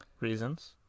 Reasons